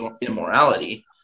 immorality